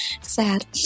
sad